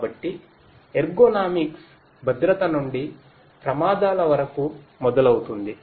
కాబట్టి ఎర్గోనామిక్స్ భద్రత నుండి ప్రమాదాల వరకు మొదలవుతుంది